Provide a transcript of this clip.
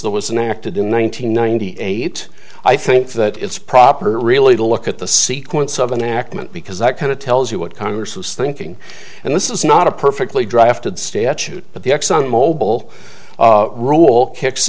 there was an acted in one nine hundred ninety eight i think that it's proper really to look at the sequence of an accident because that kind of tells you what congress was thinking and this is not a perfectly drafted statute but the exxon mobil rule kicks